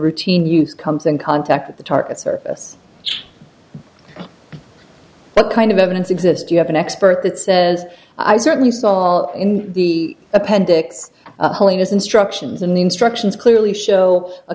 routine use comes in contact with the target surface what kind of evidence exist you have an expert that says i certainly saw it in the appendix holiness instructions in the instructions clearly show a